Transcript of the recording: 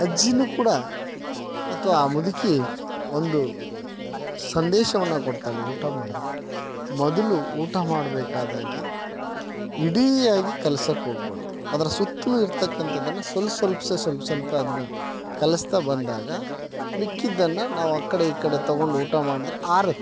ಅಜ್ಜಿನು ಕೂಡ ಅಥ್ವ ಆ ಮುದುಕಿ ಒಂದು ಸಂದೇಶವನ್ನ ಕೊಡ್ತಾಳೆ ಊಟ ಮಾಡುವಾಗ ಮೊದಲು ಊಟ ಮಾಡಬೇಕಾದಾಗ ಇಡೀಯಾಗಿ ಕಲ್ಸಕ್ಕೆ ಹೋಗ್ಬಾರ್ದು ಅದರ ಸುತ್ತಲು ಇರ್ತಕ್ಕಂಥದನ್ನ ಸೊಲ್ಪ್ ಸೊಲ್ಪ ಸೊಲ್ಪ ಸ್ವಲ್ಪ ಅದನ್ನ ಕಲಿಸ್ತಾ ಬಂದಾಗ ಮಿಕ್ಕಿದ್ದನ್ನ ನಾವು ಆ ಕಡೆ ಈ ಕಡೆ ತಗೊಂಡು ಊಟ ಮಾಡಿದರೆ ಆರುತ್ತೆ